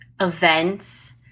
events